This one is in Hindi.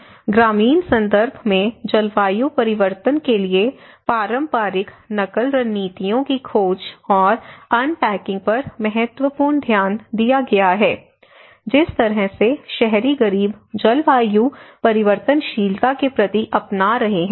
2543 से 2811 तक एफएल ग्रामीण संदर्भ में जलवायु परिवर्तन के लिए पारंपरिक नकल रणनीतियों की खोज और अनपैकिंग पर महत्वपूर्ण ध्यान दिया गया है जिस तरह से शहरी गरीब जलवायु परिवर्तनशीलता के प्रति अपना रहे हैं